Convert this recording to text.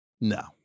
No